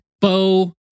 Bo